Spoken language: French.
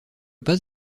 pas